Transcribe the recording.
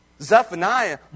Zephaniah